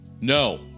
No